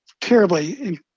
terribly